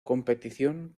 competición